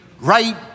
right